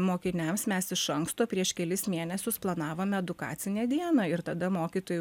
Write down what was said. mokiniams mes iš anksto prieš kelis mėnesius planavom edukacinę dieną ir tada mokytojai